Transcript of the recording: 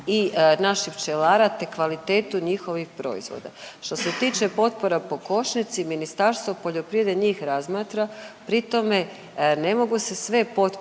i naših pčelara te kvalitetu njihovih proizvoda. Što se tiče potpora po košnici, Ministarstvo poljoprivrede njih razmatra, pri tome, ne mogu se sve potpore